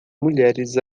mulheres